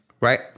right